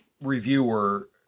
reviewer